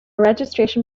registration